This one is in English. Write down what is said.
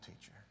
teacher